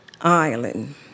Island